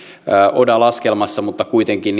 oda laskelmassa kuitenkin